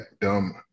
dumb